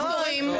סכום כזה.